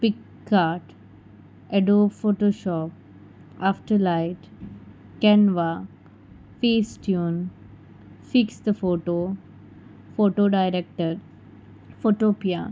PicsArt Adobe Photoshop Afterlight Canva Facetune fix the photo PhotoDirector Photopea